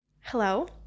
Hello